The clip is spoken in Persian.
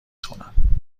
کنم